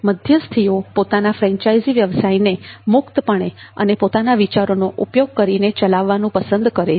મધ્યસ્થીઓ પોતાના ફ્રેન્ચાઇઝી વ્યવસાયને મુક્તપણે અને પોતાના વિચારોનો ઉપયોગ કરીને ચલાવવાનું પસંદ કરે છે